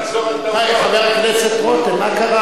חבר הכנסת רותם, מה קרה?